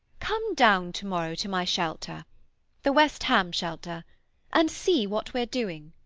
come down to-morrow to my shelter the west ham shelter and see what we're doing.